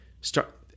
start